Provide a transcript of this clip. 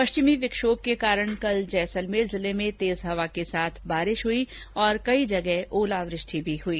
पश्चिमी विक्षोभ के कारण कल जैसलमेर जिले में तेज हवा के साथ बारिश हुई तथा कई जगह ओलावृष्टि भी हुई